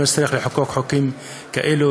שלא נצטרך לחוקק חוקים כאלה,